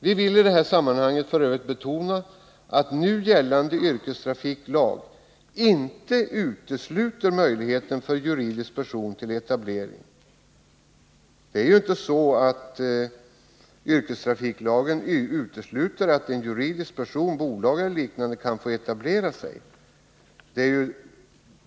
Vi vill i detta sammanhang f. ö. betona att nu gällande yrkestrafiklag inte utesluter möjligheten för juridisk person, bolag eller liknande att etablera sig.